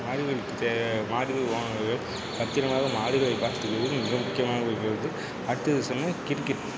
மாடுகளுக்கு தேவை மாடுகள் பத்திரமாக மாடுகளை பாத்துக்கிறது மிக முக்கியமாக இருக்கிறது அடுத்தது சொன்னால் கிரிக்கெட்